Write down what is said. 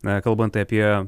a kalbant apie